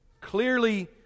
clearly